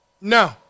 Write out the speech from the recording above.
No